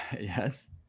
yes